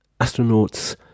Astronauts